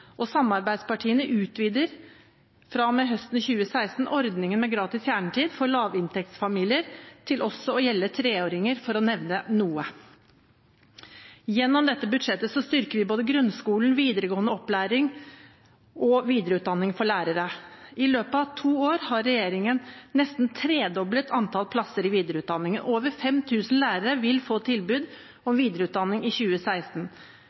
inntekter. Samarbeidspartiene utvider fra og med høsten 2016 ordningen med gratis kjernetid for lavinntektsfamilier til også å gjelde treåringer, for å nevne noe. Gjennom dette budsjettet styrker vi både grunnskolen, videregående opplæring og videreutdanning for lærere. I løpet av to år har regjeringen nesten tredoblet antall plasser i videreutdanningen: Over 5 000 lærere vil få tilbud om videreutdanning i 2016.